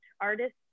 artists